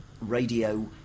radio